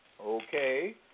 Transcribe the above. Okay